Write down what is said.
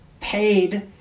paid